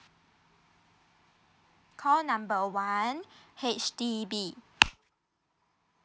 call number one H_D_B